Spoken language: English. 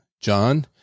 john